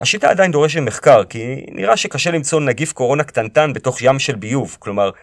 השיטה עדיין דורשת למחקר, כי נראה שקשה למצוא נגיף קורונה קטנטן בתוך ים של ביוב, כלומר...